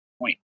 point